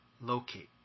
locate